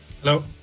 Hello